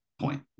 point